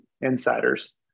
insiders